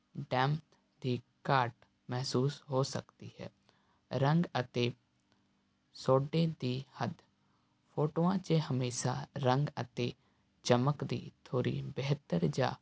ਡੈਮਥ ਦੀ ਘਾਟ ਮਹਿਸੂਸ ਹੋ ਸਕਦੀ ਹੈ ਰੰਗ ਅਤੇ ਸੌਡੇ ਦੀ ਹੱਦ ਫੋਟੋਆਂ 'ਚ ਹਮੇਸ਼ਾ ਰੰਗ ਅਤੇ ਚਮਕ ਦੀ ਥੋੜ੍ਹੀ ਬਿਹਤਰ ਜਾਂ